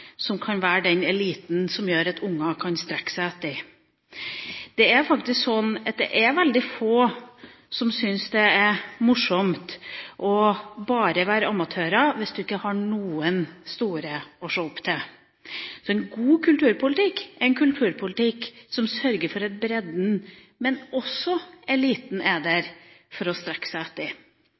som kan være den eliten som ungene kan strekke seg etter. Det er veldig få som syns det er morsomt bare å være amatør hvis man ikke har noen store å se opp til. En god kulturpolitikk er en kulturpolitikk som sørger for at bredden, men også eliten er der, for å ha noe å strekke seg